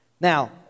Now